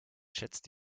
schätzt